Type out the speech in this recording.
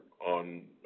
on